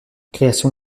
création